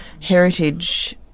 heritage